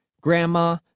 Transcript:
Grandma